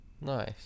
nice